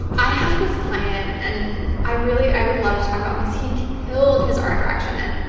i have this client and i really i would love to talk about him because he killed his art direction.